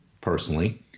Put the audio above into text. personally